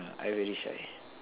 I very shy